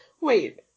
Wait